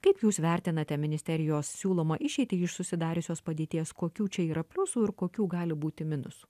kaip jūs vertinate ministerijos siūlomą išeitį iš susidariusios padėties kokių čia yra pliusų ir kokių gali būti minusų